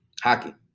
hockey